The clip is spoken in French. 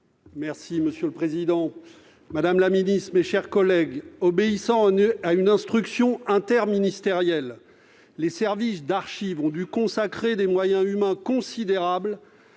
Monsieur le président, mesdames, messieurs les ministres, mes chers collègues, obéissant à une instruction interministérielle, les services d'archives ont dû consacrer des moyens humains considérables